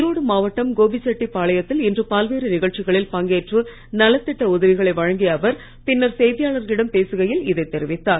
ஈரோடு மாவட்டம் கோபிச்சட்டிபாளையத்தில் இன்று பல்வேறு நிகழ்ச்சிகளில் பங்கேற்று நலத்திட்ட உதவிகளை வழங்கிய அவர் பின்னர் செய்தியாளர்களிடம் பேசுகையில் இதை தெரிவித்தார்